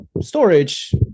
storage